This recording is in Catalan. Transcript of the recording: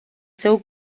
seu